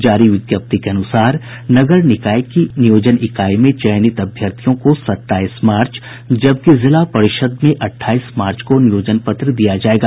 जारी विज्ञप्ति के अनुसार नगर निकाय की नियोाजन इकाई में चयनित अभ्यर्थियों को सत्ताईस मार्च जबकि जिला परिषद में अट्ठाईस मार्च को नियोजन पत्र दिया जायेगा